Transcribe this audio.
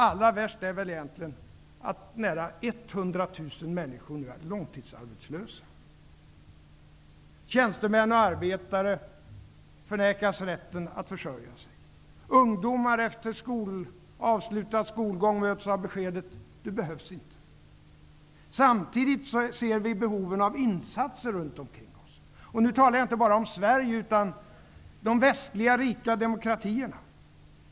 Allra värst är väl egentligen att nära 100 000 Tjänstemän och arbetare förnekas rätten att försörja sig. Ungdomar möts efter avslutad skolgång av beskedet: Du behövs inte. Samtidigt ser vi behoven av insatser runt omkring oss. Nu talar jag inte bara om Sverige, utan om de västliga rika demokratierna.